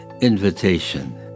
invitation